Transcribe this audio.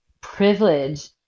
privilege